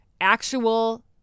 actual